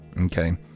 Okay